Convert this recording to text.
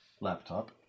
laptop